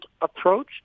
approach